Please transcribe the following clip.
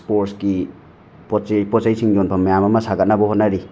ꯁ꯭ꯄꯣꯔꯠꯁꯀꯤ ꯄꯣꯠꯆꯩ ꯄꯣꯠꯆꯩꯁꯤꯡ ꯌꯣꯟꯐꯝ ꯃꯌꯥꯝ ꯑꯃ ꯁꯥꯒꯠꯅꯕ ꯍꯣꯠꯅꯔꯤ